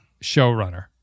showrunner